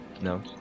No